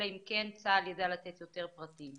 אלא אם כן צה"ל יידע לתת יותר פרטים.